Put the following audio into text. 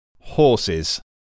Horses